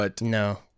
No